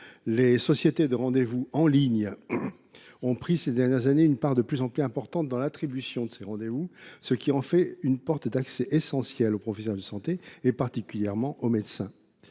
Les sociétés de rendez vous en ligne ont pris une part de plus en plus importante dans l’attribution de ces rendez vous, ce qui en fait une porte d’accès essentielle aux professionnels de santé, particulièrement aux médecins.